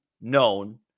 known